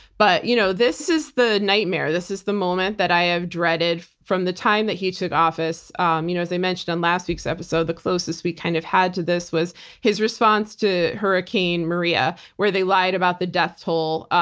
but you know this is the nightmare. this is the moment that i have dreaded from the time that he took office. um you know as i mentioned on last week's episode, the closest we kind of had to this was his response to hurricane maria, where they lied about the death toll.